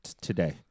today